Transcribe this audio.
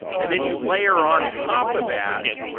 and then you layer on top of that,